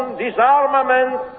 disarmament